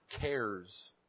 cares